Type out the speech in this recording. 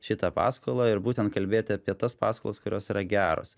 šitą paskolą ir būtent kalbėti apie tas paskolas kurios yra geros